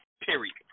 Period